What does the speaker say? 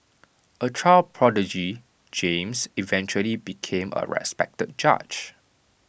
A child prodigy James eventually became A respected judge